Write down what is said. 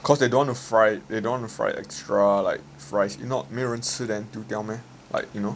cause they don't want to fry they don't want to fry extra fries if not 没有人吃 then 丢掉 meh like you know